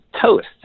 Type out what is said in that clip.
toast